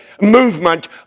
movement